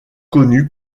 connu